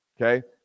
okay